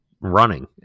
running